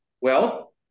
wealth